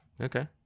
Okay